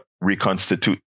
reconstitute